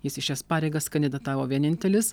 jis į šias pareigas kandidatavo vienintelis